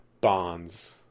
bonds